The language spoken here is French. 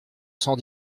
cent